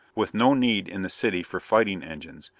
with no need in the city for fighting engines,